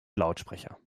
lautsprecher